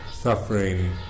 suffering